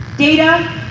Data